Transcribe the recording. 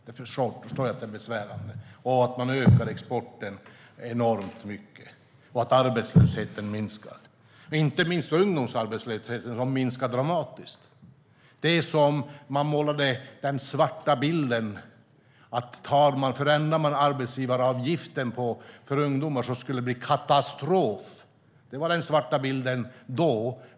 Jag förstår att det är besvärande, liksom att exporten ökar enormt mycket och att arbetslösheten minskar. Inte minst ungdomsarbetslösheten minskar dramatiskt. Man målade upp den svarta bilden att det skulle bli katastrof om vi förändrade arbetsgivaravgiften för ungdomar. Det var den svarta bilden då.